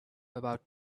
about